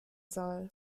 soll